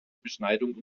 beschneidung